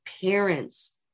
parents